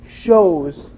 shows